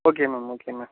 okay ma'am okay ma'am